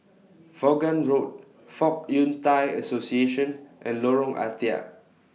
Vaughan Road Fong Yun Thai Association and Lorong Ah Thia